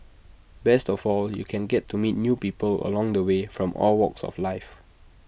best of all you can get to meet new people along the way from all walks of life